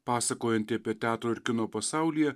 pasakojantį apie teatro ir kino pasaulyje